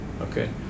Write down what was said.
okay